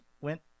went